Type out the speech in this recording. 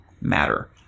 matter